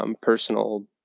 Personal